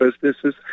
businesses